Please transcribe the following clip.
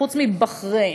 חוץ מבחריין.